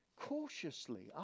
cautiously